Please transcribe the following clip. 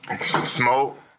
Smoke